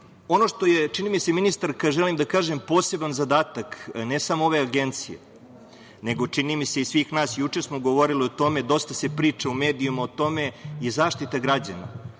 ono što je, čini mi se, poseban zadatak, ne samo ove Agencije, nego čini mi se i svih nas, juče smo govorili o tome, dosta se priča u medijima o tome je zaštita građana. Pre